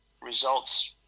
results